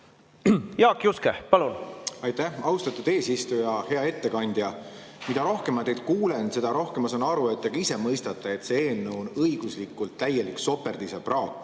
Jaak Juske, palun! Aitäh, austatud eesistuja! Hea ettekandja! Mida rohkem ma teid kuulan, seda rohkem ma saan aru, et te ka ise mõistate, et see eelnõu on õiguslikult täielik soperdis ja praak.